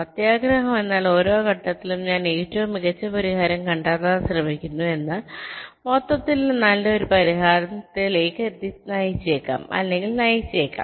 അത്യാഗ്രഹം എന്നാൽ ഓരോ ഘട്ടത്തിലും ഞാൻ ഏറ്റവും മികച്ച പരിഹാരം കണ്ടെത്താൻ ശ്രമിക്കുന്നു എന്നാൽ മൊത്തത്തിൽ അത് ഒരു നല്ല പരിഹാരത്തിലേക്ക് നയിച്ചേക്കാം അല്ലെങ്കിൽ നയിച്ചേക്കാം